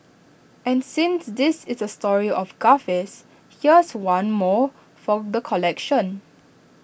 and since this is A story of gaffes here's one more for the collection